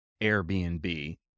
Airbnb